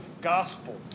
gospel